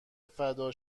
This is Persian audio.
فدا